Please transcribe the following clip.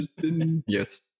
yes